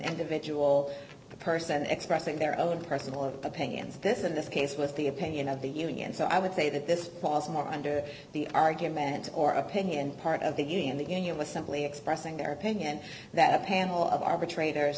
individual person expressing their own personal opinions this in this case with the opinion of the union so i would say that this falls more under the argument or opinion part of the union the union was simply expressing their opinion that a panel of arbitrators